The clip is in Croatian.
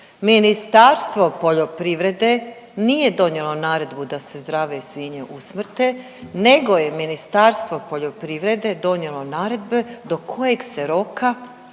Ministarstvo poljoprivrede nije donijelo naredbu da se zdrave svinje usmrte nego je Ministarstvo poljoprivrede donijelo naredbe do kojeg se roka,